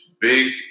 big